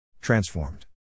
transformed